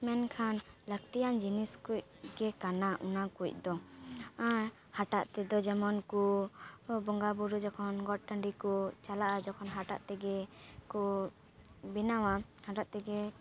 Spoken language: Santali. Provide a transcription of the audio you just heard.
ᱢᱮᱱᱠᱷᱟᱱ ᱞᱟᱹᱠᱛᱤᱭᱟᱱ ᱡᱤᱱᱤᱥ ᱠᱩᱡ ᱜᱮ ᱠᱟᱱᱟ ᱚᱱᱟ ᱠᱩᱡ ᱫᱚ ᱟᱨ ᱦᱟᱴᱟᱜ ᱛᱮᱫᱚ ᱡᱮᱢᱚᱱ ᱠᱚ ᱵᱚᱸᱜᱟ ᱵᱳᱨᱳ ᱡᱚᱠᱷᱚᱱ ᱜᱚᱴ ᱴᱟᱺᱰᱤ ᱠᱚ ᱪᱟᱞᱟᱜᱼᱟ ᱡᱚᱠᱷᱚᱱ ᱦᱟᱴᱟᱜ ᱛᱮᱜᱮ ᱠᱚ ᱵᱮᱱᱟᱣᱟ ᱦᱟᱴᱟᱜ ᱛᱮᱜᱮ